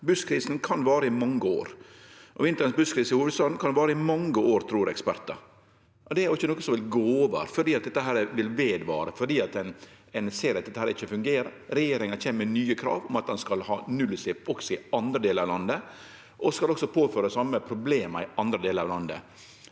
busskrisen, kan vare i mange år – vinterens busskrise i hovudstaden kan vare i mange år, trur ekspertar. Det er ikkje noko som vil gå over, dette vil vare ved. Ein ser at dette ikkje fungerer. Regjeringa kjem med nye krav om at ein skal ha nullutslepp også i andre delar av landet. Ein skal også påførast dei same problema i andre delar av landet.